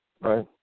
right